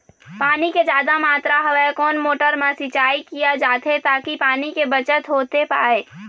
पानी के जादा मात्रा हवे कोन मोटर मा सिचाई किया जाथे ताकि पानी के बचत होथे पाए?